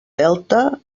delta